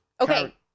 Okay